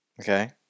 Okay